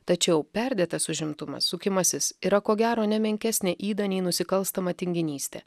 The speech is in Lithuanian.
tačiau perdėtas užimtumas sukimasis yra ko gero nemenkesnė yda nei nusikalstama tinginystė